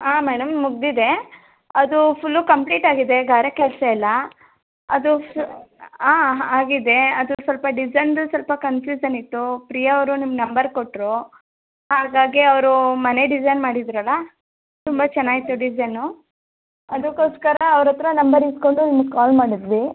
ಹಾಂ ಮೇಡಮ್ ಮುಗಿದಿದೆ ಅದು ಫುಲ್ಲು ಕಂಪ್ಲೀಟ್ ಆಗಿದೆ ಗಾರೆ ಕೆಲಸ ಎಲ್ಲ ಅದು ಫ ಹಾಂ ಆಗಿದೆ ಅದ್ರ ಸ್ವಲ್ಪ ಡಿಸೈನ್ದು ಸ್ವಲ್ಪ ಕನ್ಫ್ಯೂಷನ್ ಇತ್ತು ಪ್ರಿಯಾ ಅವರು ನಿಮ್ಮ ನಂಬರ್ ಕೊಟ್ರು ಹಾಗಾಗಿ ಅವರ ಮನೆ ಡಿಸೈನ್ ಮಾಡಿದ್ರಲ್ಲ ತುಂಬ ಚೆನ್ನಾಗಿತ್ತು ಡಿಸೈನು ಅದಕ್ಕೋಸ್ಕರ ಅವರತ್ರ ನಂಬರ್ ಇಸ್ಕೊಂಡು ನಿಮ್ಗೆ ಕಾಲ್ ಮಾಡಿದ್ವಿ